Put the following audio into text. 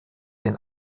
den